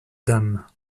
dames